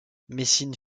messine